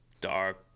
dark